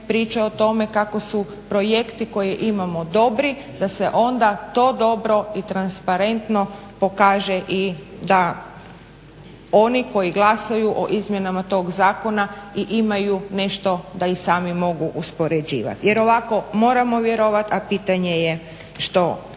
priča o tome kako su projekti koje imamo dobri, da se onda to dobro i transparentno pokaže. I da oni koji glasaju o izmjenama tog zakona i imaju nešto da i sami mogu uspoređivati. Jer ovako moramo vjerovati, a pitanje je što